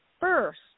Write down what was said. first